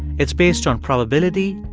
it's based on probability,